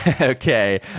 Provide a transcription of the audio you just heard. Okay